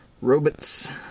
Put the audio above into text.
robots